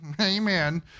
amen